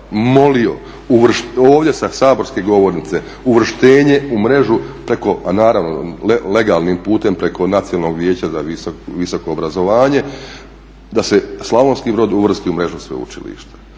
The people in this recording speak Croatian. molio ovdje sa saborske govornice uvrštenje u mrežu naravno legalnim putem preko Nacionalnog vijeća za visoko obrazovanje da se Slavonski Brod uvrsti u mrežu sveučilišta.